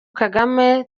kagame